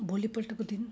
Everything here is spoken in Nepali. भोलिपल्टको दिन